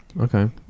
okay